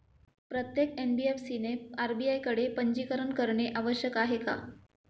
प्रत्येक एन.बी.एफ.सी ने आर.बी.आय कडे पंजीकरण करणे आवश्यक आहे का?